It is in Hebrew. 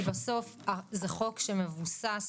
כי בסוף זה חוק שמבוסס